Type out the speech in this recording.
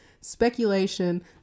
Speculation